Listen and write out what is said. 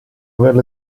averlo